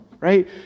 right